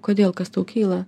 kodėl kas tau kyla